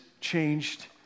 changed